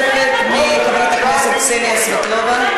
שאילתה נוספת מחברת הכנסת קסניה סבטלובה.